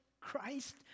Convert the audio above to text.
Christ